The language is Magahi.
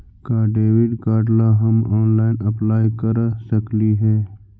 का डेबिट कार्ड ला हम ऑनलाइन अप्लाई कर सकली हे?